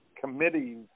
committees